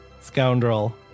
scoundrel